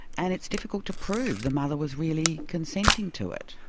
and it's difficult to prove the mother was really consenting to it.